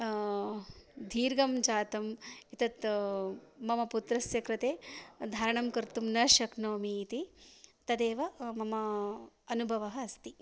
दीर्घं जातम् एतत् मम पुत्रस्य कृते धारणं कर्तुं न शक्नोमि इति तदेव मम अनुभवः अस्ति